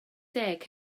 deg